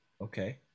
okay